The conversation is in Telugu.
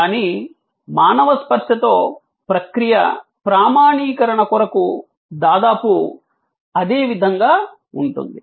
కానీ మానవ స్పర్శతో ప్రక్రియ ప్రామాణీకరణ కొరకు దాదాపు అదే విధంగా ఉంటుంది